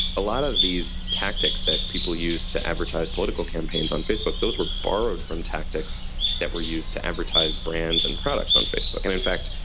a lot of these tactics that people use to advertise political campaigns on facebook, those were borrowed from tactics that were used to advertise brands and products on facebook. and in fact,